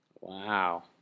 Wow